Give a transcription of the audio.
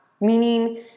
meaning